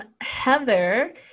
Heather